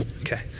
Okay